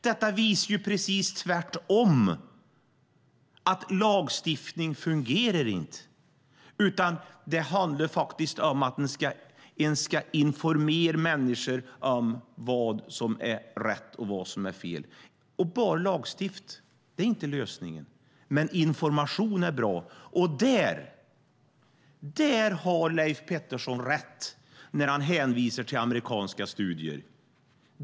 Det visar tvärtom att lagstiftning inte fungerar. Det handlar om att man ska informera människor om vad som är rätt och vad som är fel. Att bara lagstifta är inte lösningen. Men information är bra. Där har Leif Pettersson rätt när han hänvisar till amerikanska studier.